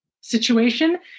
situation